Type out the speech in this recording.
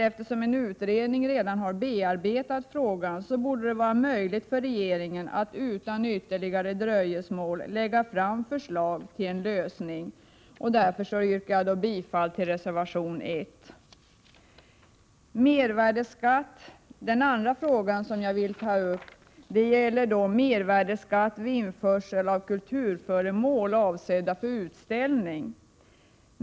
Eftersom en utredning redan har bearbetat frågan, borde det vara möjligt för regeringen att utan ytterligare dröjsmål lägga fram förslag till en lösning. Därför yrkar jag bifall till reservation 1. Den andra frågan som jag vill ta upp gäller mervärdeskatt vid införsel av kulturföremål avsedda för utställning.